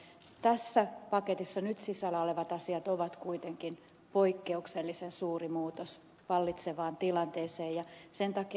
tässä paketissa nyt sisällä olevat asiat ovat kuitenkin poikkeuksellisen suuri muutos vallitsevaan tilanteeseen ja sen takia ed